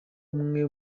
amwe